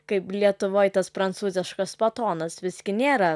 kaip lietuvoj tas prancūziškas batonas visgi nėra